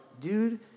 dude